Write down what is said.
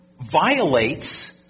violates